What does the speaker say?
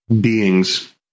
beings